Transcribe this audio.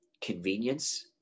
Convenience